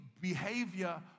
behavior